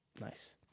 Nice